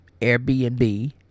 Airbnb